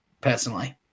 personally